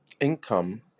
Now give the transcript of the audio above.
income